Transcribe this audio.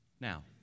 now